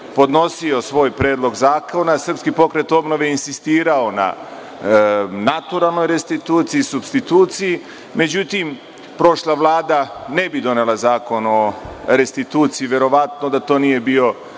podnosio svoj predlog zakona, a SPO je insistirao na naturalnoj restituciji, supstituciji. Međutim, prošla Vlada ne bi donela Zakon o restituciji, verovatno da to nije bio